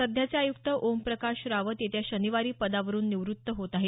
सध्याचे आयुक्त ओम प्रकाश रावत येत्या शनिवारी पदावरुन निवृत्त होत आहेत